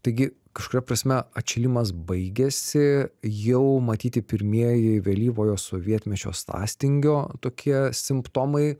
taigi kažkuria prasme atšilimas baigėsi jau matyti pirmieji vėlyvojo sovietmečio sąstingio tokie simptomai